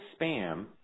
spam